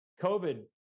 COVID